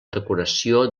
decoració